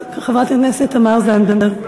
את חברת הכנסת תמר זנדברג.